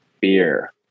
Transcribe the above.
beer